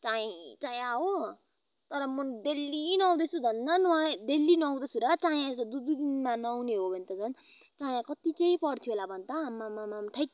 चायै चायाँ हो तर म डेल्ली नुहाउँदैछु धन्न नुहाई डेल्ली नुहाउँदैछु र चायाँ दु दुई दिनमा नुहाउने हो भने त झन् चायाँ कति चाहिँ पर्थ्यो होला भन त आमामामामा थैट